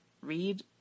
read